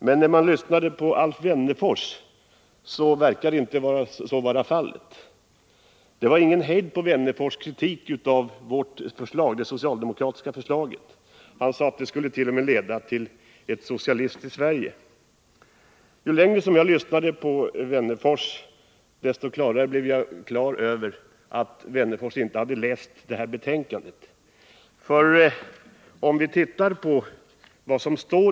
Men då man lyssnade på Alf Wennerfors verkade detta inte vara fallet. Det var ingen hejd på herr Wennerfors kritik av det socialdemokratiska förslaget. Han sade t.o.m. att det skulle leda till ett socialistiskt Sverige. Ju längre jag lyssnade på herr Wennerfors, desto mer blev jag på det klara med att herr Wennerfors inte har läst betänkandet.